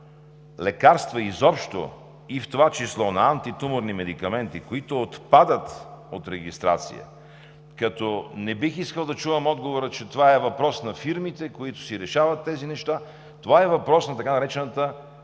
обемът на лекарства изобщо, в това число и на антитуморни медикаменти, които отпадат от регистрация – като не бих искал да чувам отговора, че това е въпрос на фирмите, които си решават тези неща, това е въпрос на така наречената